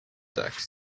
text